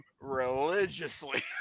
religiously